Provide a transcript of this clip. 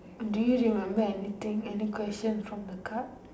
do you remember anything any questions from the card